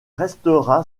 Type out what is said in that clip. restera